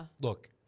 Look